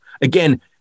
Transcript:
Again